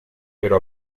pero